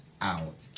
out